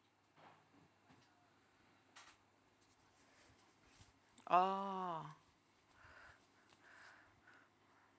oh